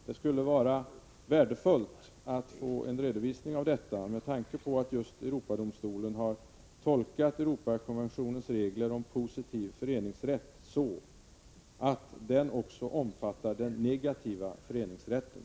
Det skulle vara värdefullt att få en redovisning av detta, med tanke på att just Europadomstolen har tolkat Europakonventionens regler om positiv föreningsrätt så att de också omfattar den negativa föreningsrätten.